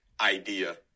idea